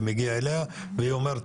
זה מגיע אליה והיא אומרת,